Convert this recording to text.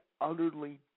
utterly